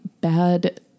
bad